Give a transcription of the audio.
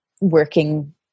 working